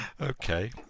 Okay